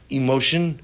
emotion